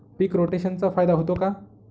पीक रोटेशनचा फायदा होतो का?